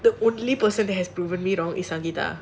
the only person has proven wrong is ajitha